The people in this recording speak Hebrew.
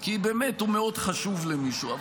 כי הוא באמת חשוב מאוד למישהו,